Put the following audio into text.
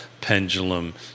pendulum